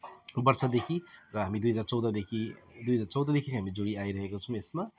वर्षदेखि र हामी दुई हजार चौधदेखि दुई हजार चौधदेखि हामी जोडिई आइरहेको छौँ हामी यसमा